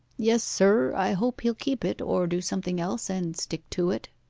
yes, sir. i hope he'll keep it, or do something else and stick to it